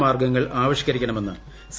മാർഗ്ഗങ്ങൾ ആവിഷ്കരിക്കണമെന്ന് സി